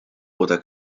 oder